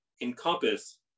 encompass